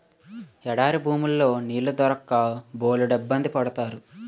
ఎడారి భూముల్లో నీళ్లు దొరక్క బోలెడిబ్బంది పడతారు